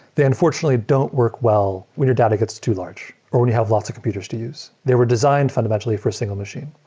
then fortunately don't work well when your data gets too large or when you have lots of computers to use. they were designed fundamentally for single machine.